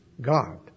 God